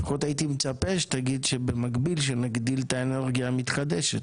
לפחות הייתי מצפה שתגיד שבמקביל נגדיל את האנרגיה המתחדשת.